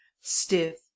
stiff